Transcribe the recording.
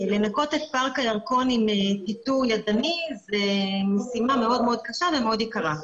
לנקות את פארק הירקון עם טאטוא ידני זה משימה מאוד מאוד קשה ומאוד יקרה.